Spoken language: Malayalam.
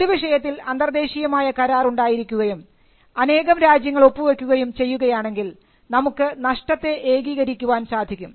ഒരു വിഷയത്തിൽ അന്തർദേശീയമായ കരാർ ഉണ്ടായിരിക്കുകയും അനേകം രാജ്യങ്ങൾ ഒപ്പുവയ്ക്കുകയും ചെയ്യുകയാണെങ്കിൽ നമുക്ക് നഷ്ടത്തെ ഏകീകരിക്കാൻ സാധിക്കും